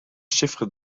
chiffres